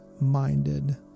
minded